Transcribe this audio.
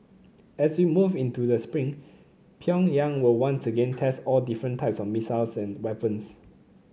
as we move into the spring Pyongyang will once again test all different types of missiles and weapons